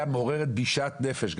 מעוררת בי שאט נפש.